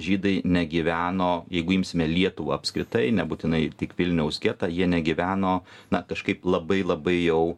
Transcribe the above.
žydai negyveno jeigu imsime lietuvą apskritai nebūtinai tik vilniaus getą jie negyveno na kažkaip labai labai jau